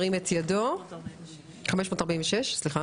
הצבעה